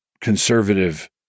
conservative